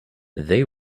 they